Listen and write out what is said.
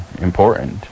important